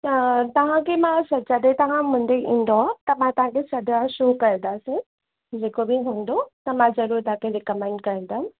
त तव्हांखे मां सॼे जॾहिं तां मूं ॾिए ईंदव त मां तव्हांखे सॼा शो कंदासीं जेको बि हूंदो त मां ज़रूरु तव्हांखे रिकमेंड कंदमि